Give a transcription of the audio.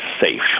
safe